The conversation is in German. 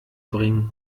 bringen